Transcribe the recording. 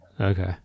Okay